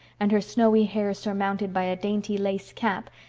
and her snowy hair surmounted by a dainty lace cap,